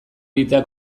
egitea